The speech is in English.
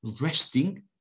resting